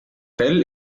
fell